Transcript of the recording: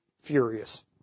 furious